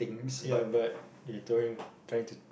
ya but you trying trying to